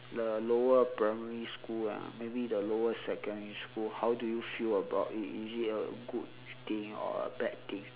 the lower primary school lah maybe the lower secondary school how do you feel about it is it a good thing or bad thing